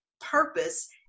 purpose